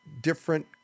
different